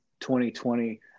2020